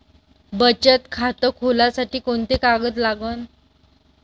बचत खात खोलासाठी कोंते कागद लागन?